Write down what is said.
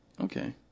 Okay